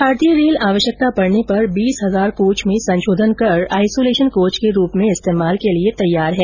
भारतीय रेल आवश्यकता पडने पर बीस हजार कोच में संशोधन कर आइसोलेशन कोच के रूप में इस्तेमाल के लिए तैयार है